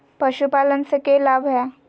पशुपालन से के लाभ हय?